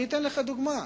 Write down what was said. לדוגמה,